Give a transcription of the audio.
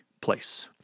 place